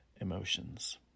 emotions